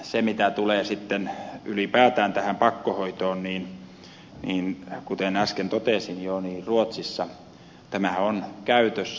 se mitä tulee sitten ylipäätään tähän pakkohoitoon niin kuten äsken jo totesin niin ruotsissa tämä on käytössä